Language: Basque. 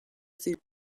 ziren